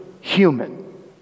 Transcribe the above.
human